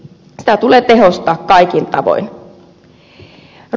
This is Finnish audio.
sitä tulee tehostaa kaikin tavoin